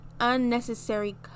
unnecessary